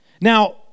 Now